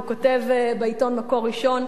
הוא כותב בעיתון "מקור ראשון".